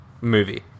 movie